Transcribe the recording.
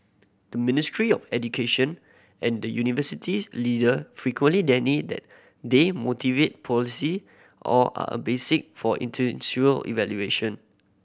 the Ministry of Education and university's leader frequently deny that they motivate policy or are a basic for evaluation